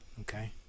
Okay